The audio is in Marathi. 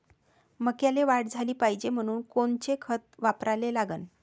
मक्याले वाढ झाली पाहिजे म्हनून कोनचे खतं वापराले लागन?